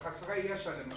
חסרי ישע, למשל.